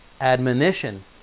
admonition